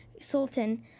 Sultan